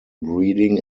breeding